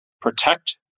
protect